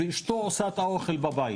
אשתו מכינה את האוכל בבית